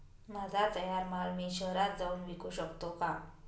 माझा तयार माल मी शहरात जाऊन विकू शकतो का?